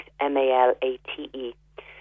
M-A-L-A-T-E